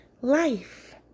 life